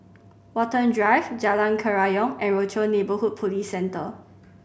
Watten Drive Jalan Kerayong and Rochor Neighborhood Police Centre